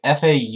FAU